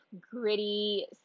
gritty